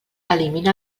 elimina